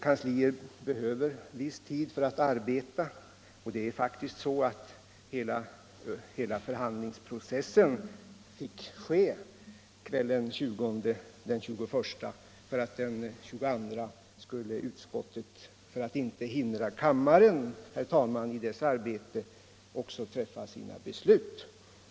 Kansliet behöver viss tid för att arbeta — och det var faktiskt så, herr talman, att hela förhandlingsprocessen måste äga rum på dagen och kvällen den 21 så att utskottet skulle kunna fatta sina beslut den 22 för att inte hindra kammaren i dess arbete.